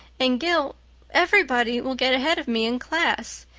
and gil everybody will get ahead of me in class.